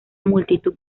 multitud